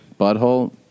butthole